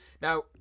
Now